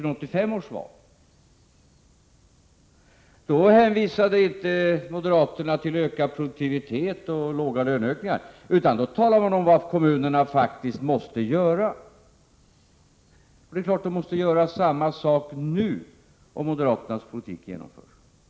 Då hänvisade inte moderaterna till ökad produktivitet och låga löneökningar. Då talade man om vad kommunerna faktiskt måste göra. De måste naturligtvis göra samma sak nu, om moderaternas politik genomförs.